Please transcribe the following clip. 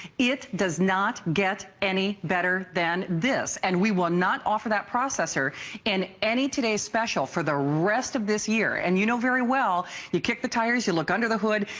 it does not get any better than this. and we will not offer that processor in any today's special for the rest of this year. and you know very well you kick the tires and look under the hood.